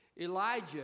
Elijah